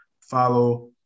Follow